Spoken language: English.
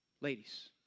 Ladies